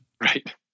Right